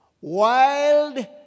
wild